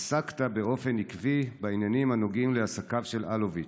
עסקת באופן עקבי בעניינים הנוגעים לעסקיו של אלוביץ'.